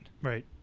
Right